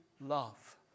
love